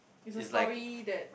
it's a story that